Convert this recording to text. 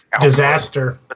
Disaster